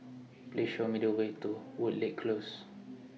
Please Show Me The Way to Woodleigh Close